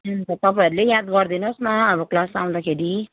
तपाईँहरूले याद गरिदिनुहोस् न अब क्लास आउँदाखेरि